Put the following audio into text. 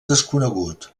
desconegut